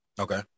Okay